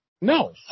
No